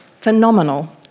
phenomenal